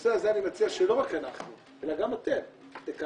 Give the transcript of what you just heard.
שבנושא הזה אני מציע שלא רק אנחנו אלא גם אתם תקיימו